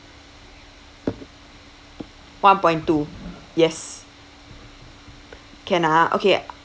one point two yes can ah okay